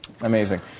Amazing